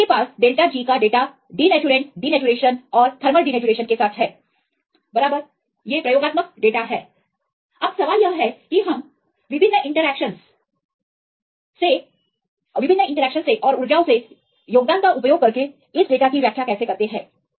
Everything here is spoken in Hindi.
तो आपके पास △G का डेटा डिनेचूरेंट डिनेचूरेंशनऔर थर्मल डिनेचूरेशन के साथ है बराबर ये प्रयोगात्मक डेटा हैं अब सवाल यह है कि हम विभिन्न इंटरैक्शन ऊर्जाओं से योगदान का उपयोग करके इस डेटा की व्याख्या कैसे करते हैं